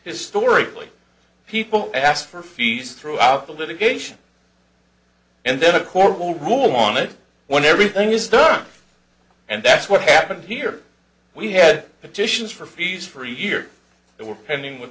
historically people ask for fees throughout the litigation and then a court will rule on it when everything is done and that's what happened here we had petitions for fees for a year that were pending with